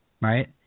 right